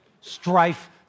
strife